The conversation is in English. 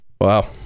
Wow